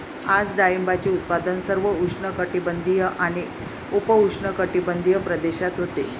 आज डाळिंबाचे उत्पादन सर्व उष्णकटिबंधीय आणि उपउष्णकटिबंधीय प्रदेशात होते